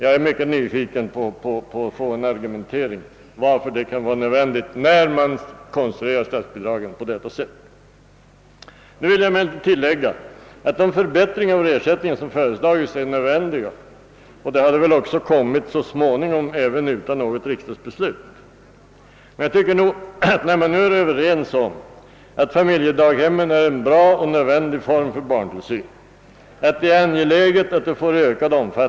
Jag är mycket angelägen om att få höra vilka argument man har för detta, när statsbidragen konstruerats på det här sättet. Jag vill emellertid tillägga att de för bättringar av ersättningen som föreslagits är motiverade och väl också skulle ha genomförts så småningom utan riksdagsbeslut. Och när man nu är överens om att familjedaghemmen är bra och nödvändiga när det gäller barntillsynen tycker jag att det är angeläget att det får ökat stöd.